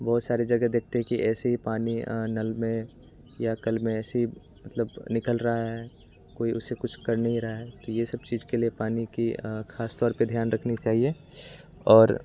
बहुत सारी जगह देखते हैं कि ऐसे ही पानी नल में या कल में ऐसे ही मतलब निकल रहा है कोई उसे कुछ कर नहीं रहा है तो ये सब चीज़ों के लिए पानी की खास तौर पे ध्यान रखनी चाहिए और